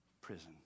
prison